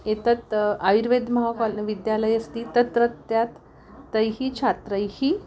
एतत् आयुर्वेदे महाकाल् विद्यालये अस्ति तत्रत्याः तैः छात्रैः